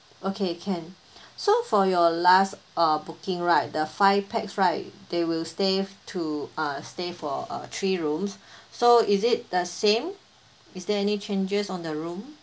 okay can so for your last uh booking right the five pax right they will stay to uh stay for uh three rooms so is it the same is there any changes on the room